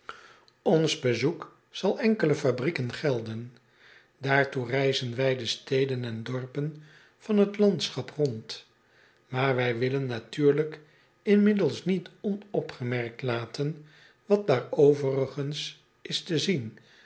ns bezoek zal enkele fabrieken gelden daartoe reizen wij de steden en dorpen van het landschap rond maar wij willen natuurlijk inmiddels niet onopgemerkt laten wat daar overigens is te zien